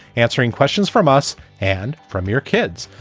answering questions from us and from your kids.